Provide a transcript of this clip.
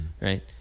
right